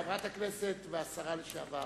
חברת הכנסת והשרה לשעבר